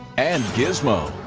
and gizmo.